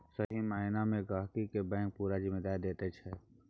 सही माइना मे गहिंकी केँ बैंक पुरा जिम्मेदारी दैत छै